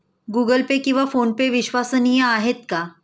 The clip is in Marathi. गूगल पे किंवा फोनपे विश्वसनीय आहेत का?